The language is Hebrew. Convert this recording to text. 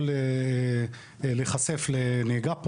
יכול להיחשף לנהיגה פרועה,